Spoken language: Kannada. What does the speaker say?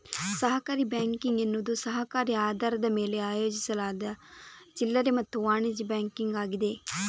ಸಹಕಾರಿ ಬ್ಯಾಂಕಿಂಗ್ ಎನ್ನುವುದು ಸಹಕಾರಿ ಆಧಾರದ ಮೇಲೆ ಆಯೋಜಿಸಲಾದ ಚಿಲ್ಲರೆ ಮತ್ತು ವಾಣಿಜ್ಯ ಬ್ಯಾಂಕಿಂಗ್ ಆಗಿದೆ